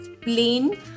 plain